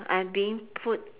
I'm being put